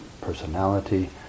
personality